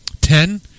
ten